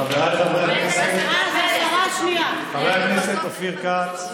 חבריי חברי הכנסת, חבר הכנסת אופיר כץ,